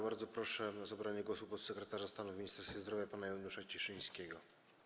Bardzo proszę o zabranie głosu podsekretarza stanu w Ministerstwie Zdrowia pana Janusza Cieszyńskiego.